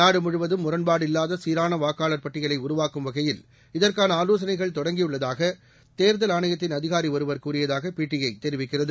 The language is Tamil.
நாடுமுழுவதும் முரண்பாடு இல்லாத சீரான வாக்காளர் பட்டியலை உருவாக்கும் வகையில் இதற்கான ஆலோசனைகள் தொடங்கியுள்ளதாக தேர்தல் ஆணையத்தின் அதிகாரி ஒருவர் கூறியதாக பிடிஐ தெரிவிக்கிறது